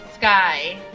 Sky